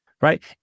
right